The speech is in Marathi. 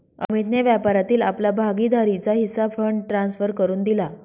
अमितने व्यापारातील आपला भागीदारीचा हिस्सा फंड ट्रांसफर करुन दिला